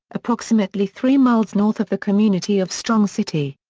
approximately three miles north of the community of strong city.